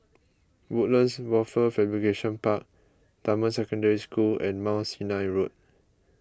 Woodlands Wafer Fabrication Park Dunman Secondary School and Mount Sinai Road